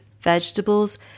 vegetables